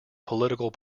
political